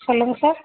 சொல்லுங்கள் சார்